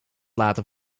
laten